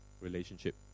relationship